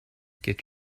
get